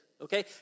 Okay